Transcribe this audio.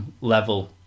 level